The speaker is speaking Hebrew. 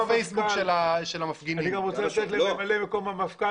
אני גם רוצה לציין את דברי ממלא מקום המפכ"ל